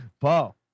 Paul